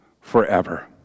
forever